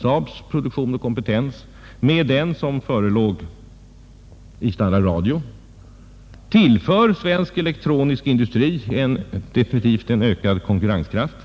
SAAB:s produktion och kompetens med den som finns inom Standard Radio, definitivt tillför svensk elektronisk industri ökad konkurrenskraft.